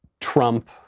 Trump